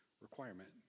requirement